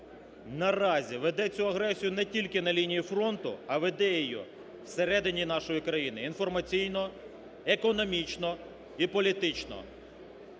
наразі веде цю агресію не тільки на лінії фронту, а веде її всередині нашої країни: інформаційно, економічно і політично?